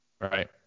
Right